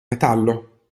metallo